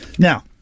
Now